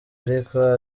ariko